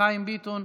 חיים ביטון,